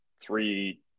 three